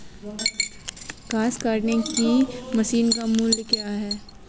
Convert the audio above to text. घास काटने की मशीन का मूल्य क्या है?